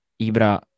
Ibra